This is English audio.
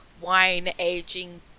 wine-aging